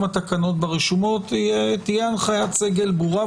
התקנות ברשומות תהיה הנחיית סגל ברורה.